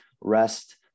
rest